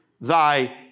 thy